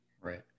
Right